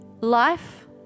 life